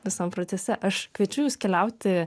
visam procese aš kviečiu jus keliauti